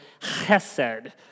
chesed